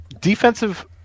defensive